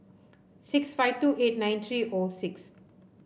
six five two eight nine three O six